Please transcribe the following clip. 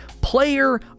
player